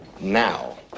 now